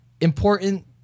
important